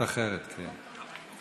דת אחרת, כן.